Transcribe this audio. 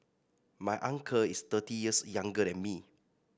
my uncle is thirty years younger than me